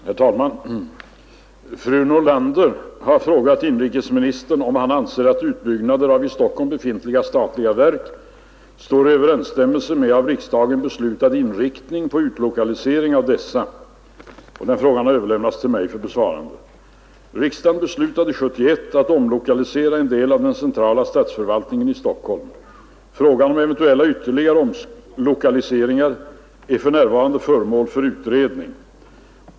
Herr talman! Fru Nordlander har frågat inrikesministern om han anser att utbyggnader av i Stockholm befintliga statliga verk står i överensstämmelse med av riksdagen beslutad inriktning på utlokalisering av dessa. Frågan har överlämnats till mig för besvarande. Riksdagen beslutade 1971 att omlokalisera en del av den centrala statsförvaltningen i Stockholm. Frågan om eventuella ytterligare omlokaliseringar är för närvarande föremål för utredning.